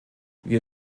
wir